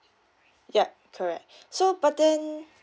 yup correct so but then